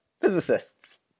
physicists